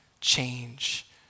change